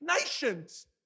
nations